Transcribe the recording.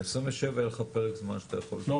ב-2027 יהיה לך פרק זמן שאתה יכול --- לא,